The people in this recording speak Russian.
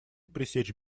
пресечь